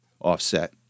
offset